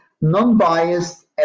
non-biased